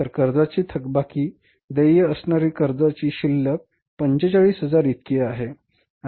तर कर्जाची थकबाकी देय असणारी कर्जेची शिल्लक 45000 इतकी आहे